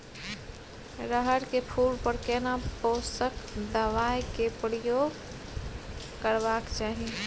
रहर के फूल पर केना पोषक दबाय के प्रयोग करबाक चाही?